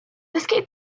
escape